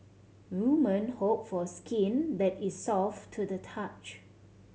woman hope for skin that is soft to the touch